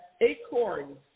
acorns